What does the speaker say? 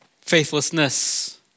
Faithlessness